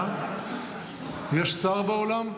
יש שר באולם?